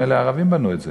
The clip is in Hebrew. נדמה לי הערבים בנו את זה,